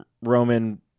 Roman